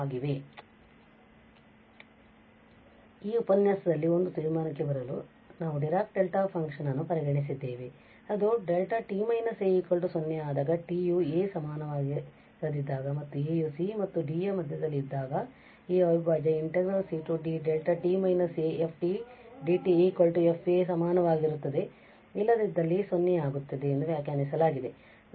ಆದ್ದರಿಂದ ಈ ಉಪನ್ಯಾಸದಲ್ಲಿ ಒಂದು ತೀರ್ಮಾನಕ್ಕೆ ಬರಲು ನಾವು ಡಿರಾಕ್ ಡೆಲ್ಟಾ ಫಂಕ್ಷನ್ ಅನ್ನು ಪರಿಗಣಿಸಿದ್ದೇವೆ ಅದು δ t − a0 ಆದಾಗ t ಯು a ಸಮನಾಗಿರದಿದ್ದಾಗ ಮತ್ತು a ಯು c ಮತ್ತು d ಯ ಮಧ್ಯದಲ್ಲಿ ಇದ್ದಾಗ ಈ ಅವಿಭಾಜ್ಯ cd δt − afdt f ಸಮನಾಗಿರುತ್ತದೆ ಇಲ್ಲದಿದ್ದಲ್ಲಿ 0 ಯಾಗುತ್ತದೆ ಎಂದು ವ್ಯಾಖ್ಯಾನಿಸಲಾಗಿದೆ